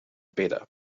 beta